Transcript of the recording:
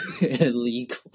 illegal